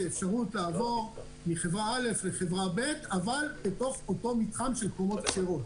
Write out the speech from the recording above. לעבור מחברה א' לחברה ב' אבל בתוך אותו מתחם של קומות כשרות.